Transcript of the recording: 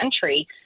country